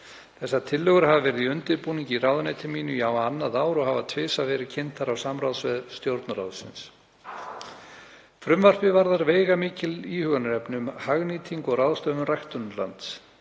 Þessar tillögur hafa verið í undirbúningi í ráðuneyti mínu í á annað ár og hafa tvisvar verið kynntar á samráðsvef Stjórnarráðsins. Frumvarpið varðar veigamikil íhugunarefni um hagnýtingu og ráðstöfun ræktunarlands.